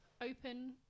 open